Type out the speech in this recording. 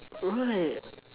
right